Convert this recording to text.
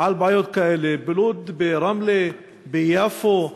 על בעיות כאלה, בלוד, ברמלה, ביפו,